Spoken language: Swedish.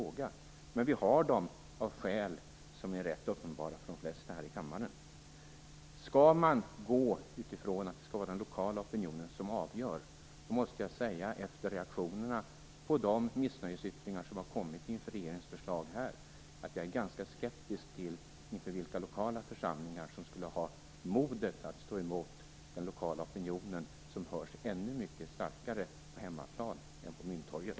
Jag har exempel från min egen hembygd. Men vi har dem av skäl som är rätt uppenbara för de flesta här i kammaren. Man säger att den lokala opinionen skall avgöra. Efter reaktionerna på de missnöjesyttringar som har kommit inför regeringens förslag är jag ganska skeptisk till att några lokala församlingar skulle ha modet att stå emot den lokala opinionen, som hörs ännu mycket starkare på hemmaplan än på Mynttorget.